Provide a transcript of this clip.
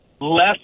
less